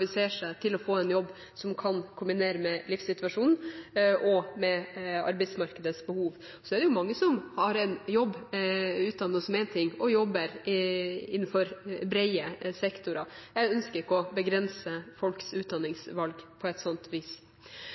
seg til å få en jobb som man kan kombinere med livssituasjonen og med arbeidsmarkedets behov. Det er mange som har en jobb og er utdannet som én ting og jobber innenfor brede sektorer. Jeg ønsker ikke å begrense folks utdanningsvalg på et sånt vis.